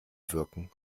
wirken